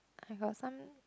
I got some